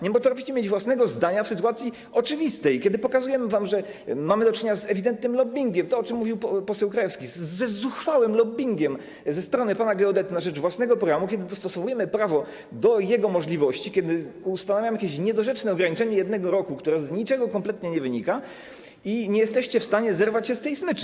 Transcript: Nie potraficie mieć własnego zdania w sytuacji oczywistej, kiedy pokazujemy wam, że mamy do czynienia z ewidentnym lobbingiem, mówił o tym poseł Krajewski, z zuchwałym lobbingiem ze strony pana geodety na rzecz własnego programu, kiedy dostosowujemy prawo do jego możliwości, kiedy ustanawiamy jakieś niedorzeczne ograniczenie jednego roku, które z niczego kompletnie wynika, nie jesteście w stanie zerwać się z tej smyczy.